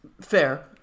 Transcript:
Fair